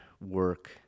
work